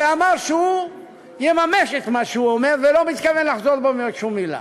ואמר שהוא יממש את מה שהוא אומר ולא מתכוון לחזור בו משום מילה.